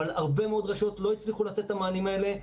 אבל הרבה מאוד רשויות לא הצליחו לתת את המענים האלה.